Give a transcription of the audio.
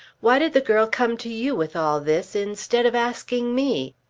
why did the girl come to you with all this instead of asking me?